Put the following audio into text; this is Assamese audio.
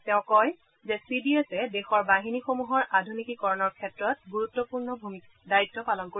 তেওঁ কয় যে চি ডি এছে দেশৰ বাহিনীসমূহৰ আধুনিকীকৰণৰ ক্ষেত্ৰত গুৰুত্পূৰ্ণ দায়িত্ পালন কৰিব